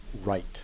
right